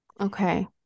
Okay